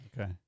Okay